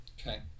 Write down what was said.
Okay